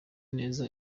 neza